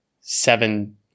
seven